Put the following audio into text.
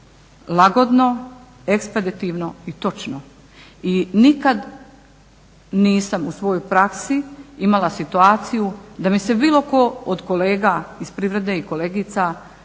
lagodno, ekspeditivno i točno. I nikad nisam u svojoj praksi imala situaciju da mi se bilo tko od kolega iz privrede i kolegica požalio